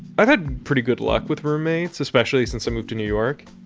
i've had pretty good luck with roommates, especially since i moved to new york,